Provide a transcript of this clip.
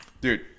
Dude